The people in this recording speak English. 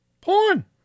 Porn